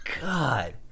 God